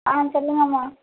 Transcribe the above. ஆ சொல்லுங்கம்மா